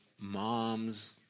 moms